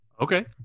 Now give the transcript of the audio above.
okay